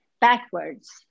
backwards